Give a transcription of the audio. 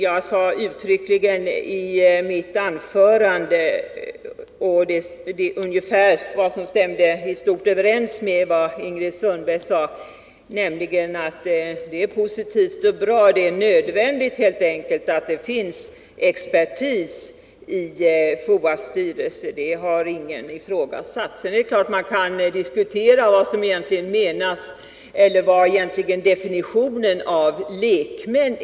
Jag sade uttryckligen i mitt anförande — och detta överensstämmer i stort sett med vad Ingrid Sundberg sade — att det är positivt och helt enkelt nödvändigt att det finns experter i FOA:s styrelse. Detta har heller ingen ifrågasatt. Men det är klart att man kan diskutera definitionen på lekmän.